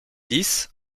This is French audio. lisse